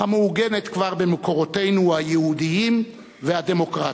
המעוגנת כבר במקורותינו היהודיים והדמוקרטיים.